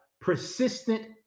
persistent